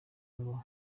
ngo